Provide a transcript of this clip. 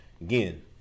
again